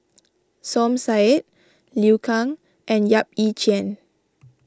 Som Said Liu Kang and Yap Ee Chian